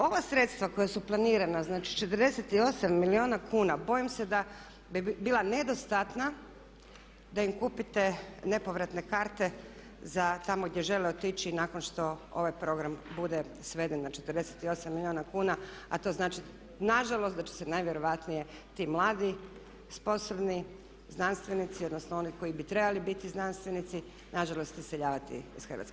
Ova sredstva koja su planirana, znači 48 milijuna kuna, bojim se da bi bila nedostatna da im kupite nepovratne karte za tamo gdje žele otići nakon što ovaj program bude sveden na 48 milijuna kuna, a to znači nažalost da će se najvjerojatnije ti mladi sposobni znanstvenici odnosno oni koji bi trebali biti znanstvenici nažalost iseljavati iz Hrvatske.